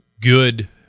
good